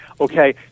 Okay